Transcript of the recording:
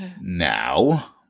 now